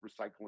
recycling